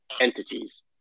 entities